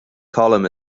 column